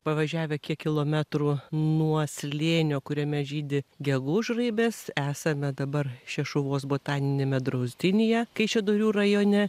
pavažiavę kiek kilometrų nuo slėnio kuriame žydi gegužraibės esame dabar šešuvos botaniniame draustinyje kaišiadorių rajone